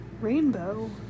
rainbow